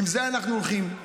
עם זה אנחנו הולכים,